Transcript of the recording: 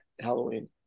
Halloween